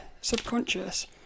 subconscious